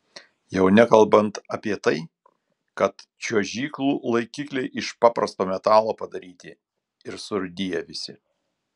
jau nekalbant apie tai kad čiuožyklų laikikliai iš paprasto metalo padaryti ir surūdiję visi